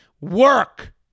Work